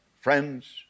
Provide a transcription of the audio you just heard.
Friends